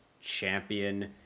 Champion